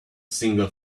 single